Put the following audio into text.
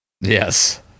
Yes